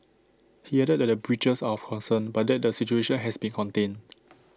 he added that the breaches are of concern but that the situation has been contained